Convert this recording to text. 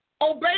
obey